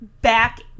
back